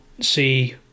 see